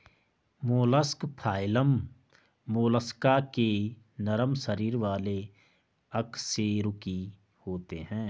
mollusc phylum Mollusca के नरम शरीर वाले अकशेरुकी होते हैं